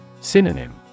Synonym